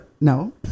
no